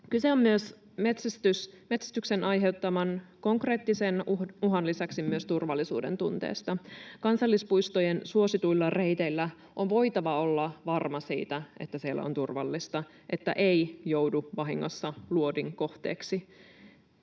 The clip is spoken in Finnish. Kyse on metsästyksen aiheuttaman konkreettisen uhan lisäksi myös turvallisuudentunteesta. Kansallispuistojen suosituilla reiteillä on voitava olla varma siitä, että siellä on turvallista, että ei joudu vahingossa luodin kohteeksi.